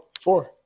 Four